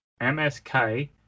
msk